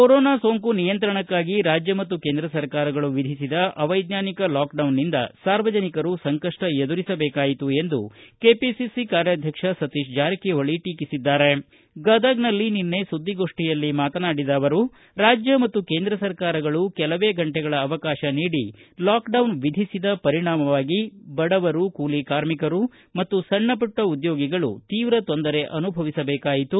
corona ಸೋಂಕು ನಿಯಂತ್ರಣಕ್ಕಾಗಿ ರಾಜ್ಯ ಮತ್ತು ಕೇಂದ್ರ ಸರ್ಕಾರಗಳು ವಿಧಿಸಿದ ಅವೈಜ್ಞಾನಿಕ ಲಾಕ್ಡೌನ್ನಿಂದ ಸಾರ್ವಜನಿಕರು ಸಂಕಷ್ಟ ಎದುರಿಸಬೇಕಾಯಿತು ಕೆಪಿಸಿಸಿ ಕಾರ್ಯಾಧ್ಯಕ್ಷ ಸತೀಶ ಜಾರಕಿಹೊಳಿ ಟೀಕಿಸಿದ್ದಾರೆ ಗದಗನಲ್ಲಿ ನಿನ್ನೆ ಸುದ್ದಿಗೋಷ್ಠಿಯಲ್ಲಿ ಮಾತನಾಡಿದ ಅವರು ರಾಜ್ಯ ಮತ್ತು ಕೇಂದ್ರ ಸರ್ಕಾರಗಳು ಕೆಲವೇ ಗಂಟೆಗಳ ಅವಕಾಶ ನೀಡಿ ಲಾಕ್ಡೌನ್ ವಿಧಿಸಿದ ಪರಿಣಾಮವಾಗಿ ಬಡವರು ಕೂಲಿ ಕಾರ್ಮಿಕರು ಮತ್ತು ಸಣ್ಣಪುಟ್ಟ ಉದ್ಯೋಗಿಗಳು ತೀವ್ರ ತೊಂದರೆ ಅನುಭವಿಸಬೇಕಾಯಿತು